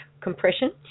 compression